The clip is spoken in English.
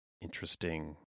interesting